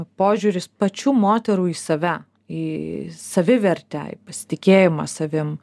požiūris pačių moterų į save į savivertę į pasitikėjimą savim